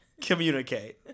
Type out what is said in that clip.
Communicate